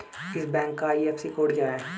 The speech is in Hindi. इस बैंक का आई.एफ.एस.सी कोड क्या है?